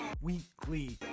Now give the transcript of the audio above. Weekly